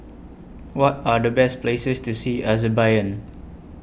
What Are The Best Places to See